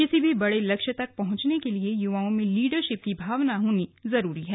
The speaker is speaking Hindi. किसी भी बड़े लक्ष्य तक पहुंचने के लिए युवाओं में लीडरशिप की भावना का होना जरूरी है